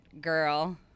girl